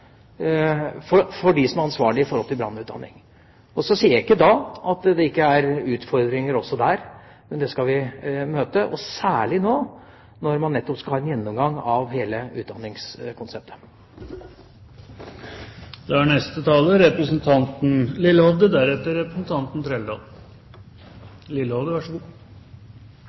for brannutdanningen. Så sier jeg ikke at de ikke er utfordringer også her. De skal vi møte, og særlig nå når man skal ha en gjennomgang av hele